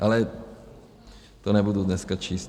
Ale to nebudu dneska číst.